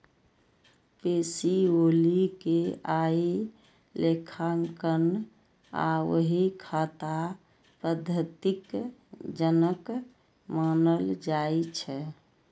Pacioli कें आइ लेखांकन आ बही खाता पद्धतिक जनक मानल जाइ छै